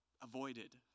avoided